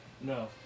No